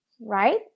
right